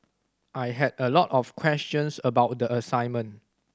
I had a lot of questions about the assignment